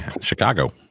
Chicago